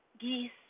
geese